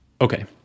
Okay